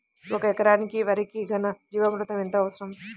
ఒక ఎకరా వరికి ఘన జీవామృతం ఎంత అవసరం?